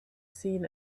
seen